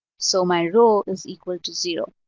so my rho is equal to zero.